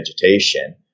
vegetation